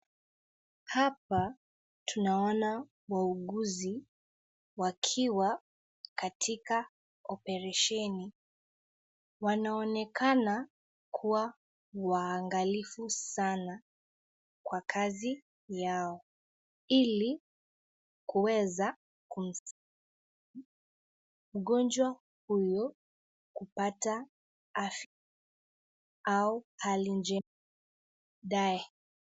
Hapa tunaona wauguzi wakiwa katika oparesheni , wanaonekana kuwa waangalivu sana kwa kazi yao hili kuweza kusaidia mgonjwa huyu kupata afya au hali njema ya badaye.